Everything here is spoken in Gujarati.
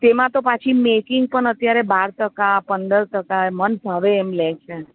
તેમાં તો પાછી મેકિંગ પણ અત્યારે બાર ટકા પંદર ટકા મન ફાવે એમ લે છે